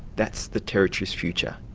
that's the territory's future.